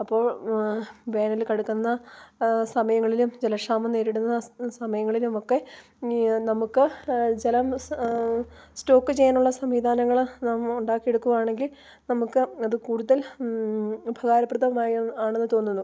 അപ്പോൾ വേനൽ കടുക്കുന്ന സമയങ്ങളിലും ജലക്ഷാമം നേരിടുന്ന സമയങ്ങളിലുമൊക്കെ നമുക്ക് ജലം സ്റ്റോക്ക് ചെയ്യാനുള്ള സംവിധാനങ്ങൾ നമ്മൾ ഉണ്ടാക്കി എടുക്കുകയാണെങ്കിൽ നമുക്ക് അത് കൂടുതൽ ഉപകാരപ്രദം ആണെന്ന് തോന്നുന്നു